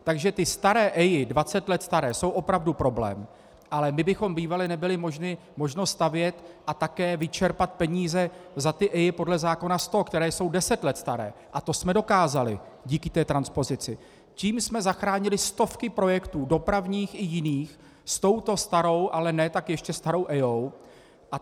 Takže ty staré EIA, 20 let staré, jsou opravdu problém, ale kdybychom bývali neměli možnost stavět a také vyčerpat peníze za ty EIA podle zákona 100, které jsou deset let staré, a to jsme dokázali díky té transpozici, tím jsme zachránili stovky projektů, dopravních i jiných, s touto starou, ale ne tak ještě starou EIA.